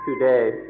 Today